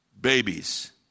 babies